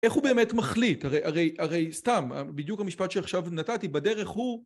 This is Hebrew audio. איך הוא באמת מחליט הרי סתם בדיוק המשפט שעכשיו נתתי בדרך הוא